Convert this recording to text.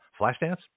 Flashdance